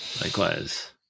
likewise